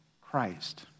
Christ